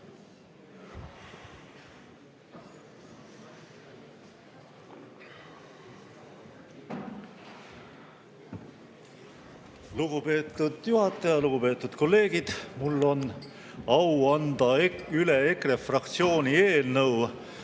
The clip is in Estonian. Lugupeetud juhataja! Lugupeetud kolleegid! Mul on au anda üle EKRE fraktsiooni eelnõu,